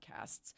podcasts